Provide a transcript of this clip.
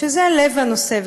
שזה לב הנושא,